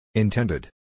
Intended